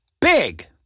big